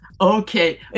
Okay